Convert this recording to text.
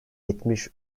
yetmiş